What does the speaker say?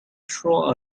through